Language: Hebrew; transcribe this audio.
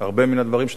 הרבה מן הדברים שאתה אמרת,